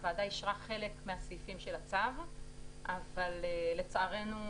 הוועדה אישרה חלק מהסעיפים של הצו אבל לצערנו,